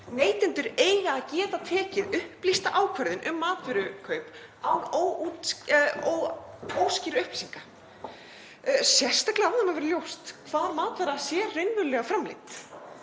Neytendur eiga að geta tekið upplýsta ákvörðun um matvörukaup án óskýrra upplýsinga. Sérstaklega á það nú að vera ljóst hvar matvaran sé raunverulega framleidd.